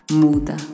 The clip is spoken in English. muda